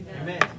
Amen